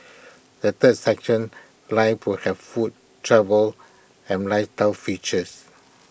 the third section life will have food travel and lifestyle features